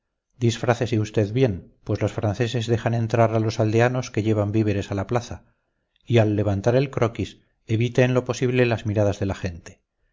arrecife disfrácese usted bien pues los franceses dejan entrar a los aldeanos que llevan víveres a la plaza y al levantar el croquis evite en lo posible las miradas de la gente